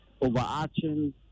overarching